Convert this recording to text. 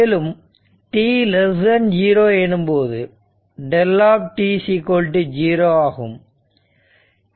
மேலும் t0 எனும்போது δ 0 ஆகும்